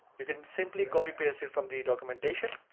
you can simply copy paste it from the documentation,